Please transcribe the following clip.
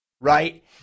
right